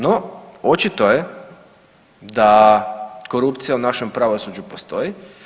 No, očito je da korupcija u našem pravosuđu postoji.